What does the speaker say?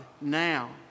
now